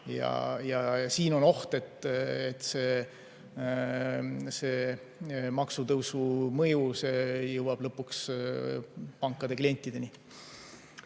Siin on oht, et see maksutõusu mõju jõuab lõpuks pankade klientideni.